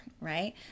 right